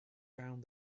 found